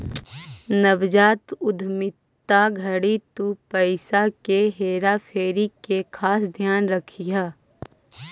नवजात उद्यमिता घड़ी तु पईसा के हेरा फेरी के खास ध्यान रखीह